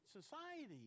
society